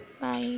Bye